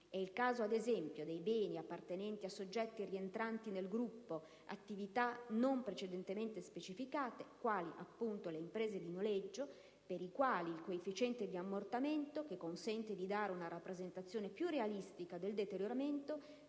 È il caso - ad esempio - dei beni appartenenti a soggetti rientranti nel gruppo «attività non precedentemente specificate» quali - appunto - le imprese di noleggio, per i quali il coefficiente di ammortamento, che consente dì dare una rappresentazione più realistica del deterioramento,